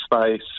space